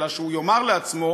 אלא הוא יאמר לעצמו: